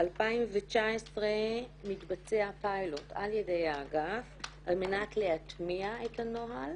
ב-2019 מתבצע פיילוט על ידי האגף על מנת להטמיע את הנוהל